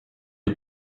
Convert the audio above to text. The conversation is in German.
die